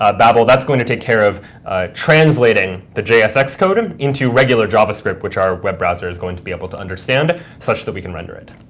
ah babel, that's going to take care of translating the jsx code into regular javascript which our web browser is going to be able to understand such that we can render it.